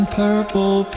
purple